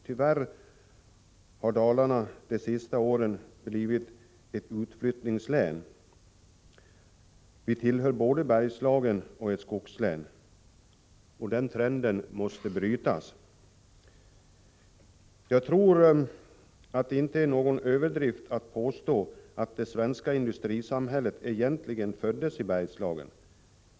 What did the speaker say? Tyvärr har Dalarna under de senaste åren blivit ett utflyttningslän — Dalarna tillhör Bergslagen och är dessutom ett skogslän. Den trenden måste nu brytas. Jag tror att det inte är någon överdrift att påstå att det svenska industrisamhället egentligen föddes i Bergslagen.